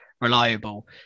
reliable